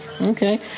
Okay